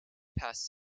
passes